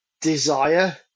desire